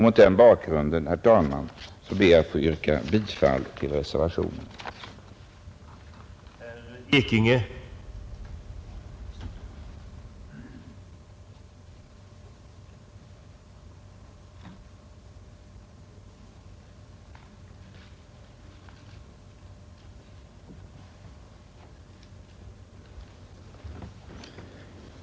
Mot den bakgrunden, herr talman, ber jag att få yrka bifall till reservationen 6.